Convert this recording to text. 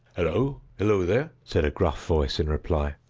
hillo! hillo, there! said a gruff voice, in reply.